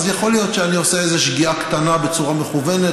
אז יכול להיות שאני עושה שגיאה קטנה בצורה מכוונת.